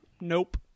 Nope